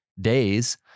days